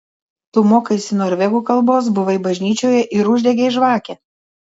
tu mokaisi norvegų kalbos buvai bažnyčioje ir uždegei žvakę